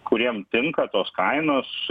kuriem tinka tos kainos